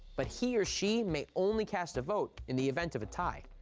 but he or she may only cast a vote in the event of a tie.